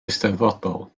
eisteddfodol